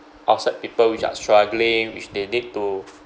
outside people which are struggling which they need to